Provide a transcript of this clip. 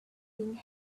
thing